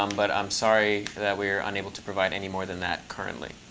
um but i'm sorry that we're unable to provide any more than that currently.